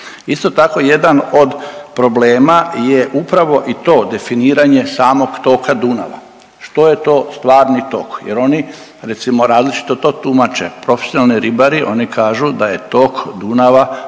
Isto tako jedan od problema je upravo i to definiranje samog toka Dunava, što je to stvarni tok jer oni recimo različito to tumače. Profesionalni ribari oni kažu da je tok Dunava